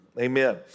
Amen